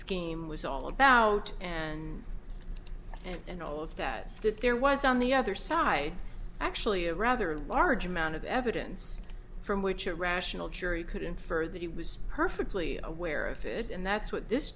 scheme was all about and and all of that that there was on the other side actually a rather large amount of evidence from which a rational jury could infer that it was perfectly aware of it and that's what this